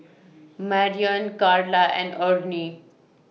Marrion Karla and Ernie